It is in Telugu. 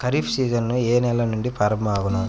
ఖరీఫ్ సీజన్ ఏ నెల నుండి ప్రారంభం అగును?